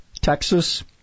Texas